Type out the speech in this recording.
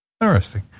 Interesting